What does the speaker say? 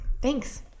Thanks